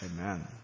Amen